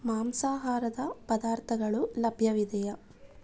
ಮಾಂಸಾಹಾರದ ಪದಾರ್ಥಗಳು ಲಭ್ಯವಿದೆಯೆ